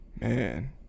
Man